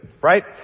right